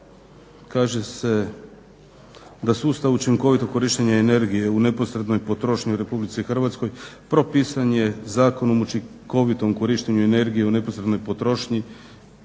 kaže se da sustav učinkovitog korištenja energije u neposrednoj potrošnji u Republici Hrvatskoj propisan je Zakonom o učinkovitom korištenju energije u neposrednoj potrošnji,